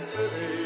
City